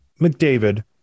McDavid